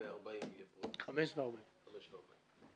בשעה 17:40. הישיבה ננעלה בשעה 17:13.